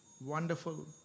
wonderful